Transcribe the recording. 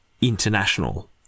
international